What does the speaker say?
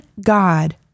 God